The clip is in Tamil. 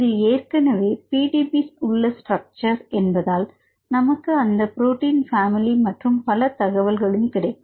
இது ஏற்கனவே பிடிபி உள்ள ஸ்ட்ரக்ச்சர் என்பதால் நமக்கு அந்த புரோட்டின் ஃபேமிலி மற்றும் பல தகவல்கள் கிடைக்கும்